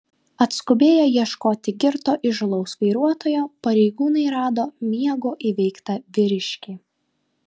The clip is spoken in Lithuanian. atskubėję ieškoti girto įžūlaus vairuotojo pareigūnai rado miego įveiktą vyriškį